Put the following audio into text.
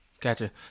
Gotcha